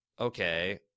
okay